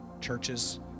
churches